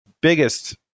biggest